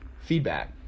feedback